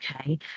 okay